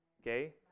okay